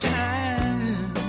time